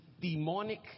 demonic